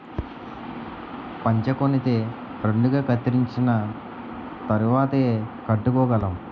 పంచకొనితే రెండుగా కత్తిరించిన తరువాతేయ్ కట్టుకోగలం